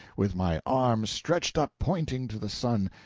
with my arm stretched up pointing to the sun.